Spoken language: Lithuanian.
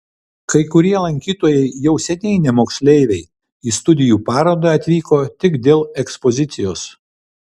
kai kurie lankytojai jau seniai ne moksleiviai į studijų parodą atvyko tik dėl ekspozicijos